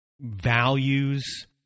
values